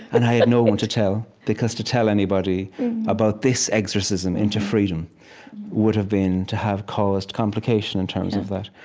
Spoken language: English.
and i had no one to tell, because to tell anybody about this exorcism into freedom would have been to have caused complication in terms of that.